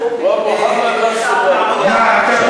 "לא אלה אלא אללה ומֻחמד רסול אללה".